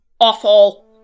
awful